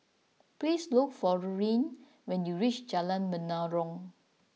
please look for Lurline when you reach Jalan Menarong